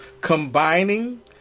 combining